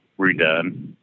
redone